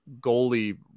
goalie